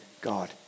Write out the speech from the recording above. God